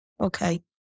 Okay